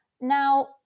Now